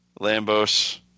Lambos